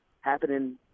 happening